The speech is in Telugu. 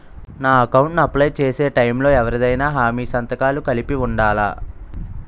నా అకౌంట్ ను అప్లై చేసి టైం లో ఎవరిదైనా హామీ సంతకాలు కలిపి ఉండలా?